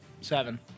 seven